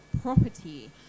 property